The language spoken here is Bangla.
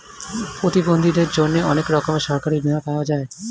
প্রতিবন্ধীদের জন্যে অনেক রকমের সরকারি বীমা পাওয়া যায়